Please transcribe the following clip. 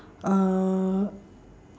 uh